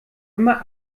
immer